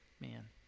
man